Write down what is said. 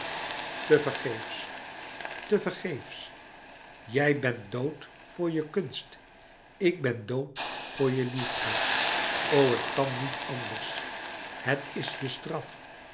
tevergeefs tevergeefs jij bent dood voor je kunst ik ben dood voor je liefde o het kan niet anders het is je straf